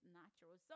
natural